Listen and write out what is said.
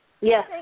Yes